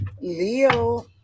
leo